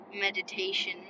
meditation